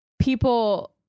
people